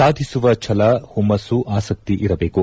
ಸಾಧಿಸುವ ಛಲ ಹುಮ್ಮಸ್ಲು ಆಸಕ್ತಿ ಇರಬೇಕು